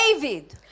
David